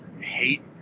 Hate